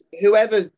whoever